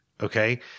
okay